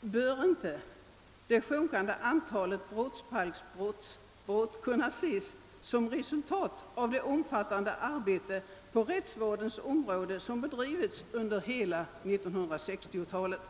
Bör inte det sjunkande antalet sådana brott kunna ses som resultat av det omfattande arbete på rättsvårdens område som bedrivits under hela 1960-talet?